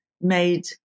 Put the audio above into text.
made